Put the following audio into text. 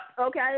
okay